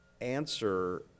answer